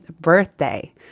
birthday